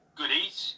goodies